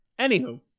Anywho